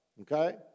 Okay